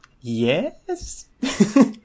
yes